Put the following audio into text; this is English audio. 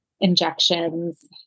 injections